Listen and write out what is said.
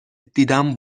دیدم